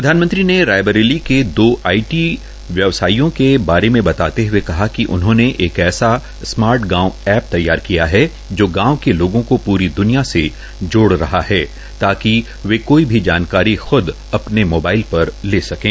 प्रधानमंत्री ने दो आईटी व्यवसायियों के बारे में बताते हए कहा कि उन्होंने एक ऐसा स्मार्ट गांव एप तैयार किया है जो गांव के लोगों को प्री द्निया से जोड़ रहा है ताकि वे कोई भी जानकारी ख्द अपने मोबाइल पर ले सकें